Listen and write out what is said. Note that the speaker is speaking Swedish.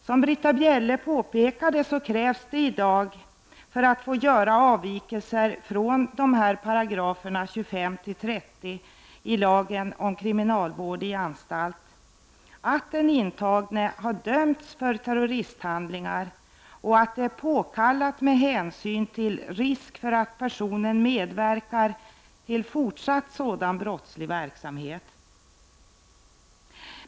Som Britta Bjelle påpekade krävs det i dag för att få göra avvikelse från 25-30 §§ i lagen om kriminalvård i anstalt att den intagne dömts för terroristhandlingar och att det är påkallat med hänsyn till risk för att personen medverkar till fortsatt sådan brottslig verksamhet.